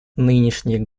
нынешний